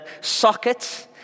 sockets